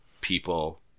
people